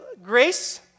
grace